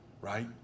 right